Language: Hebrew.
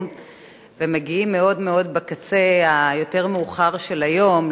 ומגיעים מאוד מאוד בקצה היותר מאוחר של היום,